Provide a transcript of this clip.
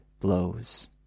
blows